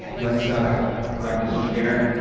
let's grab this chair.